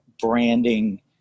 branding